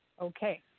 Okay